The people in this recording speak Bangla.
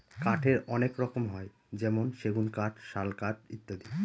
কাঠের অনেক রকম হয় যেমন সেগুন কাঠ, শাল কাঠ ইত্যাদি